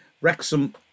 Wrexham